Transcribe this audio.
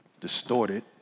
distorted